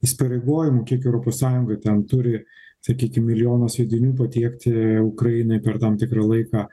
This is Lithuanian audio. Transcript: įsipareigojimų kiek europos sąjungoj ten turi sakykim milijonų sviedinių patiekti ukrainai per tam tikrą laiką